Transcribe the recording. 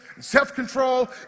Self-control